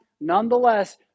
nonetheless